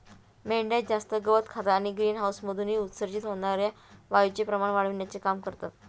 मेंढ्या जास्त गवत खातात आणि ग्रीनहाऊसमधून उत्सर्जित होणार्या वायूचे प्रमाण वाढविण्याचे काम करतात